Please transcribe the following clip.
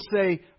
say